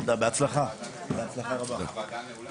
הוועדה נעולה.